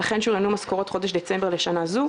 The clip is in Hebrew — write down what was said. ולכן שוריינו משכורות חודש דצמבר לשנה זו,